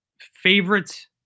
favorite